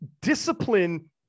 Discipline